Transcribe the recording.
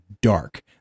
dark